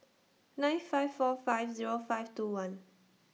nine five four five Zero five two one